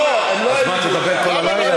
אז מה, תדבר כל הלילה?